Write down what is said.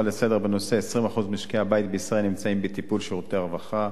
בנושא: 20% ממשקי הבית בישראל נמצאים בטיפול שירותי הרווחה.